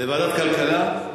בוועדת הכלכלה?